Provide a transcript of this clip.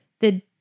the-